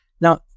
Now